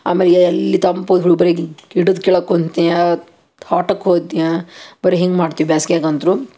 ಆಮೇಲೆ ಎಲ್ಲಿ ತಂಪು ಬರಿ ಗಿಡದ ಕೆಳಗೆ ಕುಂತಿಯಾ ತ್ವಾಟಕ್ಕೆ ಹೋತ್ಯ ಬರೆ ಹಿಂಗೆ ಮಾಡ್ತೀವಿ ಬ್ಯಾಸ್ಗ್ಯಾಗ ಅಂತು